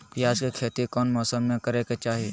प्याज के खेती कौन मौसम में करे के चाही?